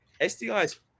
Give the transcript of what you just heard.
sdi's